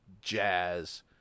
jazz